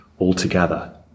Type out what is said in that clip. altogether